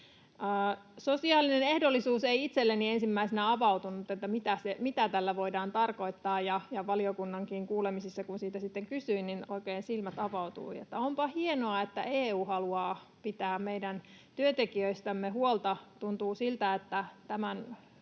voidaan tarkoittaa, ei itselleni ensimmäisenä avautunut. Valiokunnankin kuulemisissa, kun siitä sitten kysyin, oikein silmät avautuivat, että onpa hienoa, että EU haluaa pitää meidän työntekijöistämme huolta. Tuntuu siltä, että tämän